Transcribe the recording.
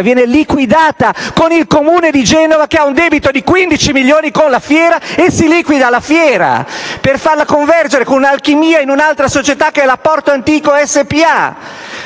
viene liquidata con il Comune di Genova che ha un debito di 15 milioni con la Fiera. Eppure si liquida la Fiera per farla convergere, con un'alchimia, in un'altra società che è la Porto Antico SpA.